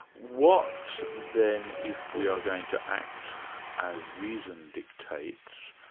what then if we are going to act as reason dictates,